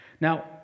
Now